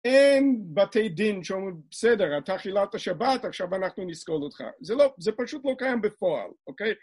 אין בתי דין שאומרים בסדר, אתה חיללת השבת, עכשיו אנחנו נסקול אותך, זה פשוט לא קיים בפועל, אוקיי?